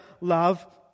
love